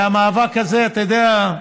והמאבק הזה, אתה יודע,